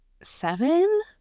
seven